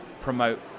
promote